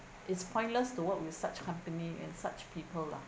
it's pointless to work with such company and such people lah